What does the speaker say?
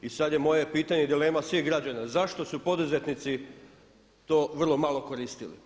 I sada je moje pitanje i dilema svih građana – zašto su poduzetnici to vrlo malo koristili?